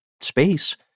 space